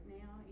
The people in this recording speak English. now